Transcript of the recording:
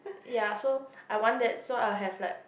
ya so I want that so I'll have like